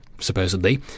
supposedly